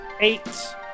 eight